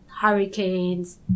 hurricanes